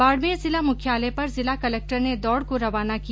बाडमेर जिला मुख्यालय पर जिला कलक्टर ने दौड को रवाना किया